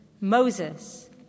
Moses